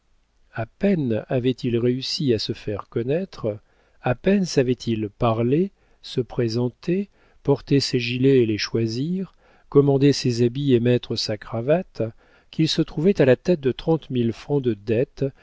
a peine avait-il réussi à se faire connaître à peine savait-il parler se présenter porter ses gilets et les choisir commander ses habits et mettre sa cravate qu'il se trouvait à la tête de trente mille francs de dettes